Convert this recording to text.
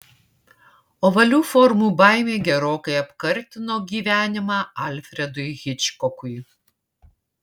ovalių formų baimė gerokai apkartino gyvenimą alfredui hičkokui